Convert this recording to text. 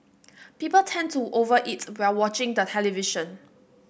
people tend to over eat while watching the television